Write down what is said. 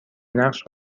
نقش